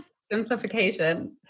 Simplification